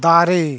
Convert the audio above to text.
ᱫᱟᱨᱮ